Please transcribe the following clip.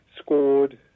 scored